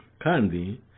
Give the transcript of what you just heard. Kandi